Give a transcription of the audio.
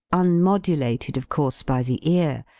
unmodulated, of course, by the ear,